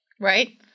Right